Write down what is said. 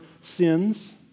sins